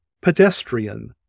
pedestrian